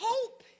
Hope